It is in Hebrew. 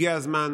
הגיע הזמן.